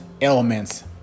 elements